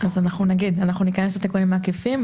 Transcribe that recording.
אנחנו ניכנס לתיקונים עקיפים.